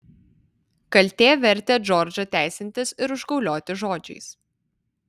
kaltė vertė džordžą teisintis ir užgaulioti žodžiais